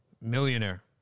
Millionaire